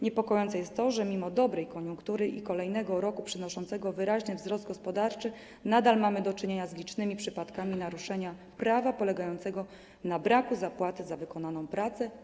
Niepokojące jest to, że mimo dobrej koniunktury i kolejnego roku przynoszącego wyraźny wzrost gospodarczy nadal mamy do czynienia z licznymi przypadkami naruszania prawa polegającymi na braku lub opóźnianiu zapłaty za wykonaną pracę.